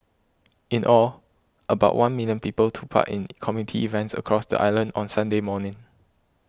in all about one million people took part in community events across the island on Sunday morning